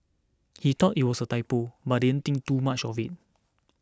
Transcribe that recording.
he thought it was a typo but it think too much of it